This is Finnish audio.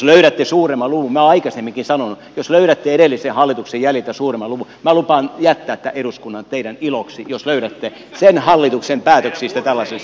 minä olen aikaisemminkin sanonut että jos löydätte edellisen hallituksen jäljiltä suuremman luvun minä lupaan jättää tämän eduskunnan teidän iloksi jos löydätte sen hallituksen päätöksistä tällaisen